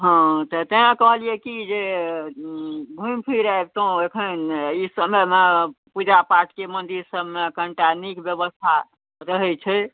हँ तऽ तेॅं कहलियै की जे घुमि फिर आयबतहुॅं अखन ई समयमे पूजा पाठके मन्दिर सबमे कनिटा नीक व्यवस्था रहै छै